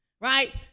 right